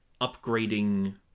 upgrading